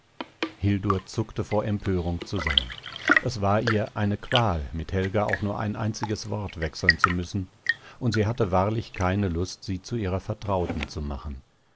zuckte vor empörung zusammen es war ihr eine qual mit helga auch nur ein einziges wort wechseln zu müssen und sie hatte wahrlich keine lust sie zu ihrer vertrauten zu machen